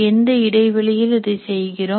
எந்த இடைவெளியில் இதை செய்கிறோம்